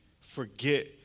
forget